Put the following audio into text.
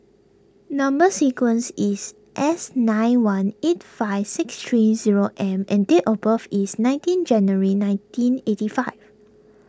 Number Sequence is S nine one eight five six three zero M and date of birth is nineteen January nineteen eighty five